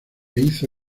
hizo